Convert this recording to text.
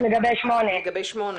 לגבי (8).